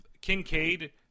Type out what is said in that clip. kincaid